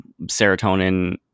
serotonin